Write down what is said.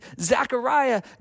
Zechariah